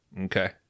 Okay